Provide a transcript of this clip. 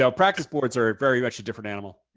so practice boards are very much a different animal.